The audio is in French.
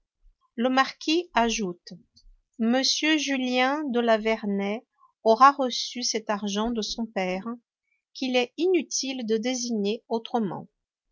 le marquis ajoute m julien de la vernaye aura reçu cet argent de son père qu'il est inutile de désigner autrement